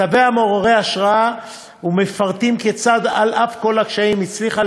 כתביה מעוררי השראה ומפרטים כיצד על אף כל הקשיים הצליחה